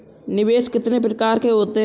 निवेश कितने प्रकार के होते हैं?